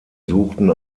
suchten